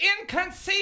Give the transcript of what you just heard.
Inconceivable